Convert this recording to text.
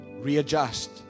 Readjust